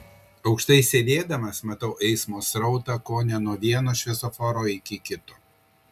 aukštai sėdėdamas matau eismo srautą kone nuo vieno šviesoforo iki kito